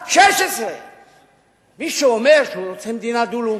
16. מי שאומר שהוא רוצה מדינה דו-לאומית,